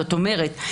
זאת אומרת,